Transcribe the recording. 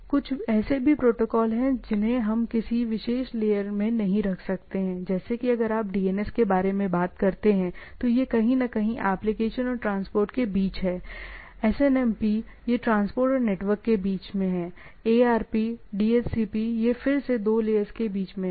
कुछ ऐसे भी प्रोटोकॉल हैं जिन्हें हम किसी विशेष लेयर में नहीं रख सकते हैं जैसे कि अगर आप DNS के बारे में बात करते हैं तो यह कहीं न कहीं एप्लीकेशन और ट्रांसपोर्ट के बीच है एसएनएमपी यह ट्रांसपोर्ट और नेटवर्क के बीच मैं है एआरपी डीएचसीपी ये फिर से दो लेयर्स के बीच में हैं